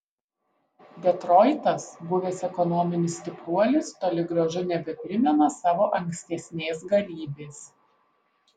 detroitas buvęs ekonominis stipruolis toli gražu nebeprimena savo ankstesnės galybės